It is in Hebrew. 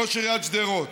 ראש עיריית שדרות,